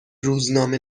روزنامه